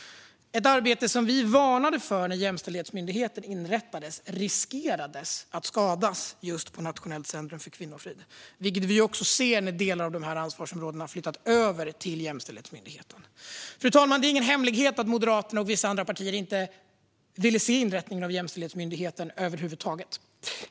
När Jämställdhetsmyndigheten inrättades varnade vi för att arbetet vid Nationellt centrum för kvinnofrid riskerade att skadas, vilket vi också ser hända nu när delar av dessa ansvarsområden flyttats över till Jämställdhetsmyndigheten. Fru talman! Det är ingen hemlighet att Moderaterna och vissa andra partier inte ville se Jämställdhetsmyndigheten inrättas över huvud taget.